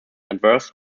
adverse